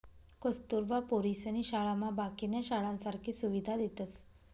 कस्तुरबा पोरीसनी शाळामा बाकीन्या शाळासारखी सुविधा देतस